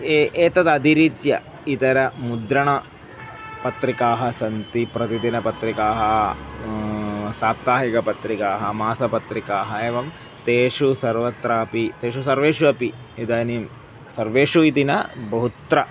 ए एतद् अतिरीच्य इतर मुद्रणपत्रिकाः सन्ति प्रतिदिनपत्रिकाः साप्ताहिकपत्रिकाः मासपत्रिकाः एवं तेषु सर्वत्रापि तेषु सर्वेषु अपि इदानीं सर्वेषु इति न बहुत्र